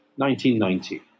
1990